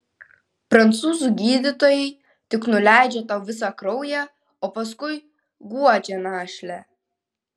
prancūzų gydytojai tik nuleidžia tau visą kraują o paskui guodžia našlę